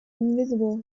invisible